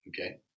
okay